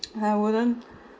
I wouldn't